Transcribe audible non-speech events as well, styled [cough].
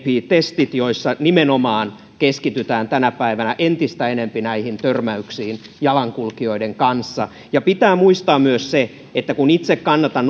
testit joissa nimenomaan keskitytään tänä päivänä entistä enempi näihin törmäyksiin jalankulkijoiden kanssa ja pitää muistaa myös se että kun itse kannatan [unintelligible]